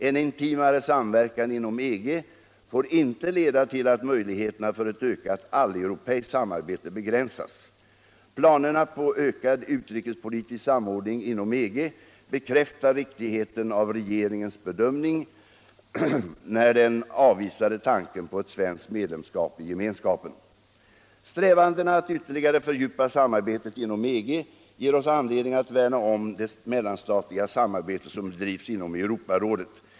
En intimare samverkan inom EG får inte leda till att möjligheterna för ett ökat alleuropeiskt samarbete begränsas. Planerna på ökad utrikespolitisk samordning inom EG bekräftar riktigheten av regeringens bedömning när den avvisade tanken på ett svenskt medlemskap i gemenskapen. Strävandena att ytterligare fördjupa samarbetet inom EG ger oss anledning att värna om det mellanstatliga samarbete som bedrivs inom Europarådet.